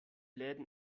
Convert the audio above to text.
läden